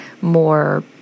more